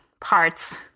parts